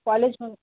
college